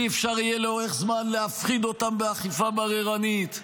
אי-אפשר לאורך זמן להפחיד אותם באכיפה בררנית,